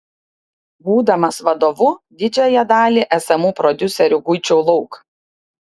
būdamas vadovu didžiąją dalį esamų prodiuserių guičiau lauk